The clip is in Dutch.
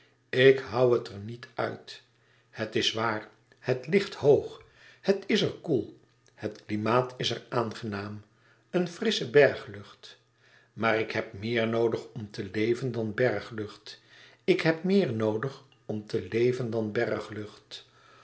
ik hoû het er niet uit het is waar het ligt hoog het is er koel het klimaat is er aangenaam een frische berglucht maar ik heb meer noodig om te leven dan berglucht ik heb meer noodig om te leven dan